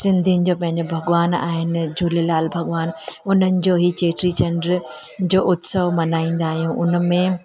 सिंधियुनि जो पंहिंजो भॻवान आहिनि झूलेलाल भॻवान उन्हनि जो ई चेटे चंड जो उत्सव मल्हाईंदा आहियूं उन में